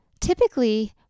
Typically